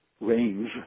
range